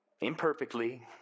Imperfectly